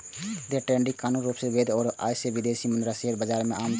day trading कानूनी रूप सं वैध होइ छै आ विदेशी मुद्रा आ शेयर बाजार मे आम छै